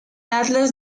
atlas